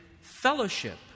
fellowship